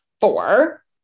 four